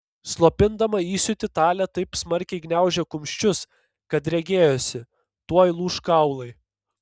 slopindama įsiūtį talė taip smarkiai gniaužė kumščius kad regėjosi tuoj lūš kaulai